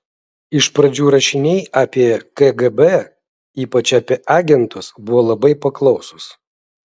iš pradžių rašiniai apie kgb ypač apie agentus buvo labai paklausūs